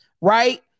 right